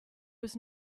was